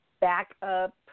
backup